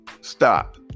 Stop